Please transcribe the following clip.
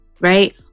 right